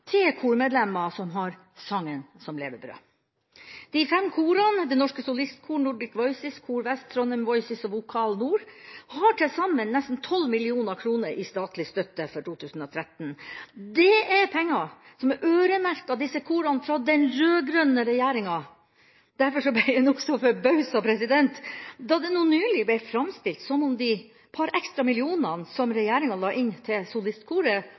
til kormedlemmer som har sangen som levebrød. De fem korene: Det Norske Solistkor, Nordic Voices, Kor Vest, Trondheim Voices og Vokal Nord, har til sammen nesten 12 mill. kr i statlig støtte for 2013. Det er penger som er øremerket disse korene av den rød-grønne regjeringa. Derfor ble jeg nokså forbauset da det nå nylig ble framstilt som om de par ekstra millionene som regjeringa la inn til